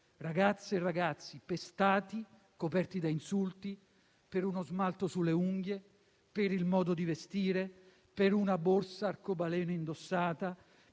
ragazze e ragazzi pestati, coperti da insulti per uno smalto sulle unghie, per il modo di vestire, per una borsa arcobaleno indossata,